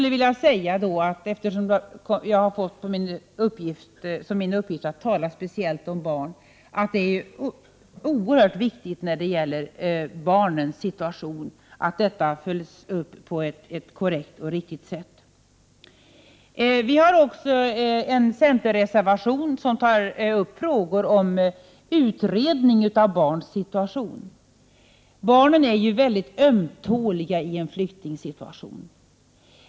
Eftersom jag har fått i uppgift att tala speciellt om barnen, vill jag säga att det är oerhört viktigt när det gäller barnens situation att lagen följs upp på ett korrekt och riktigt sätt. Vi har en centerreservation som tar upp frågan om utredning av barns situation. Barnen är ju väldigt ömtåliga i en flyktingsituation.